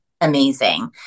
Amazing